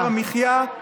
וביוקר המחיה,